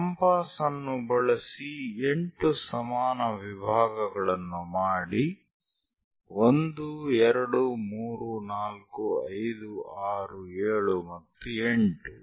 compass ಅನ್ನು ಬಳಸಿ 8 ಸಮಾನ ವಿಭಾಗಗಳನ್ನು ಮಾಡಿ 1 2 3 4 5 6 7 ಮತ್ತು 8